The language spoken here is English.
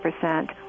percent